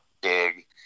big